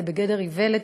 זה בגדר איוולת,